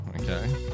okay